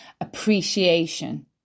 appreciation